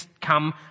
come